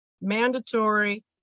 mandatory